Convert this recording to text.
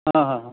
অঁ হঁ হঁ